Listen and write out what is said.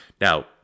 Now